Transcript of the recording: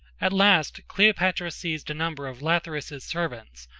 at last cleopatra seized a number of lathyrus's servants,